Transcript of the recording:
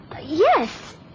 Yes